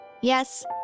Yes